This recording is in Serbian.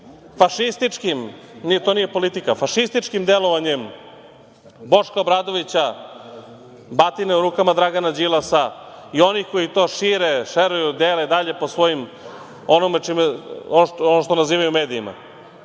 je inspirisan političkim, fašističkim delovanjem Boška Obradovića, batine u rukama Dragana Đilasa i onih koji to šire, šeruju, dele dalje po svojim, ono što nazivaju medijima. Da